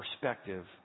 perspective